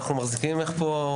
אנחנו מחזיקים ממך פה.